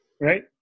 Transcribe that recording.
right